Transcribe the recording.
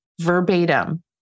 verbatim